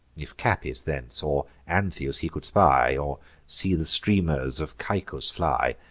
if capys thence, or antheus he could spy, or see the streamers of caicus fly.